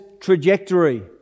trajectory